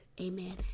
amen